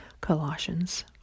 Colossians